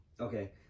Okay